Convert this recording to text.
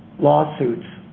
lawsuits.